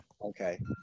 Okay